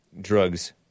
drugs